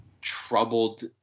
troubled